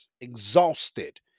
exhausted